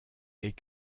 est